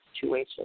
situation